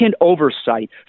oversight